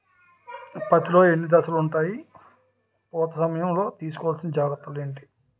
పత్తి లో ఎన్ని దశలు ఉంటాయి? పూత సమయం లో తీసుకోవల్సిన జాగ్రత్తలు ఏంటి?